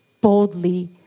boldly